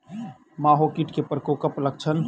माहो कीट केँ प्रकोपक लक्षण?